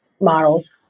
models